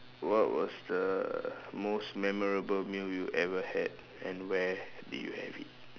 what was the most memorable meal you ever had and where did you have it